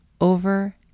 over